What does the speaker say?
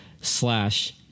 slash